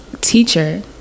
teacher